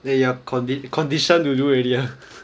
that you are condi~ condition to do already ah